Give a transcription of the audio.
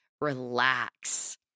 relax